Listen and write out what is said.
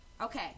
Okay